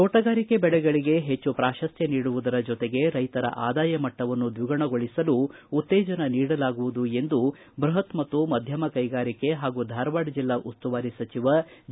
ತೋಟಗಾರಿಕೆ ಬೆಳೆಗಳಗೆ ಹೆಚ್ಚು ಪ್ರಾಶಸ್ತ್ಯ ನೀಡುವುದರ ಜೊತೆಗೆ ರೈತರ ಆದಾಯ ಮಟ್ಟವನ್ನು ದ್ವಿಗುಣಗೊಳಸಲು ಉತ್ತೇಜನ ನೀಡಲಾಗುವುದು ಎಂದು ಬೃಹತ್ ಮತ್ತು ಮಧ್ವಮ ಕೈಗಾರಿಕೆ ಹಾಗೂ ಜಿಲ್ಲಾ ಉಸ್ತುವಾರಿ ಸಚಿವ ಜಗದೀಶ ಶೆಟ್ಟರ್ ಹೇಳಿದ್ದಾರೆ